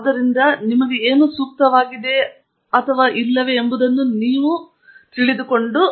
ಆದ್ದರಿಂದ ಇದು ನಿಮಗೆ ಸೂಕ್ತವಾದುದಾಗಿದೆ ಅಥವಾ ಇಲ್ಲವೇ ಎಂಬುದನ್ನು ನೀವು ಜಾಗ್ರತೆಯಿಂದಿರಬೇಕು